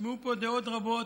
נשמעו פה דעות רבות,